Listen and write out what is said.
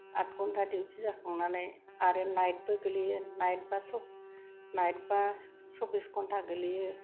आद घन्टा दिउटि जाखांनानै आरो नाइतबो गोग्लैयो नाइतबा सब्बिस घन्टा गोलैयो